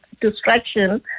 destruction